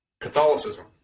Catholicism